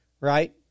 right